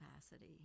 capacity